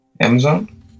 Amazon